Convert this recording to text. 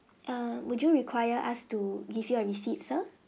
uh would you require us to give you a receipt sir